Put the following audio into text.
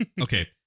Okay